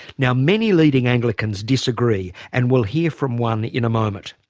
now many leading anglicans disagree. and we'll hear from one in a moment.